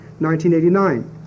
1989